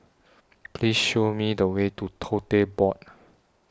Please Show Me The Way to Tote Board